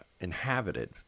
inhabited